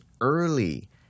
early